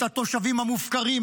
את התושבים המופקרים,